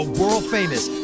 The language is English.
world-famous